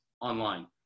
online